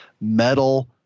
Metal